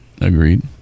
Agreed